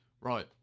Right